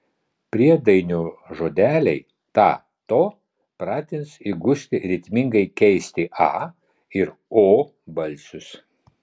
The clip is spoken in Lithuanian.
priedainio žodeliai ta to pratins įgusti ritmingai keisti a ir o balsius